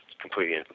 completely